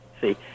See